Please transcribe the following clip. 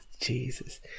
Jesus